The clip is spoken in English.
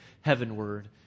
heavenward